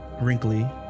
Wrinkly